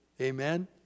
Amen